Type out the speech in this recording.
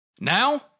Now